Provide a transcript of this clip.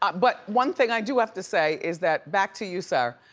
but one thing i do have to say is that back to you sir,